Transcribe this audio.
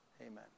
Amen